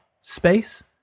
space